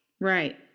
right